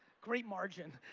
great margin.